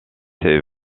ces